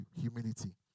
humility